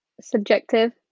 subjective